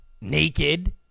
naked